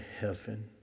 heaven